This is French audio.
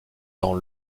dans